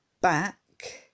back